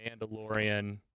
Mandalorian